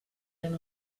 eren